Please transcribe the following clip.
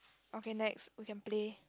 okay next we can play